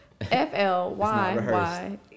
F-L-Y-Y